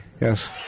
yes